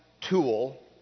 tool